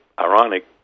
ironic